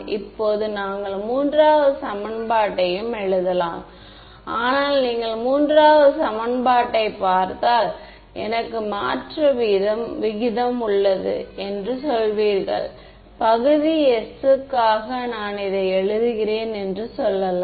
இப்போது நாங்கள் மூன்றாவது சமன்பாட்டையும் எழுதலாம் ஆனால் நீங்கள் மூன்றாவது சமன்பாட்டைப் பார்த்தால் எனக்கு மாற்ற விகிதம் உள்ளது என்று சொல்வீர்கள் பகுதி s க்காக நான் இதை எழுதுகிறேன் என்று சொல்லலாம்